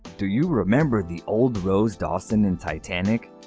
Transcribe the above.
do you remember the old rose dawson in titanic?